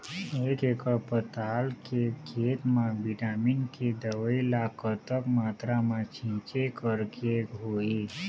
एक एकड़ पताल के खेत मा विटामिन के दवई ला कतक मात्रा मा छीचें करके होही?